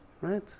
right